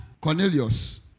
Cornelius